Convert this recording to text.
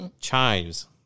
Chives